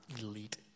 elite